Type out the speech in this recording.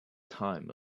time